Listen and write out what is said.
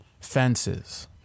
fences